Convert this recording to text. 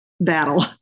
battle